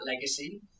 legacy